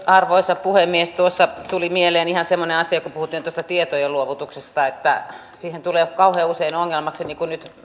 arvoisa puhemies tuossa tuli mieleen ihan semmoinen asia kun puhuttiin tuosta tietojen luovutuksesta että siihen tulee kauhean usein ongelmaksi niin kuin nyt